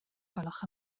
gwelwch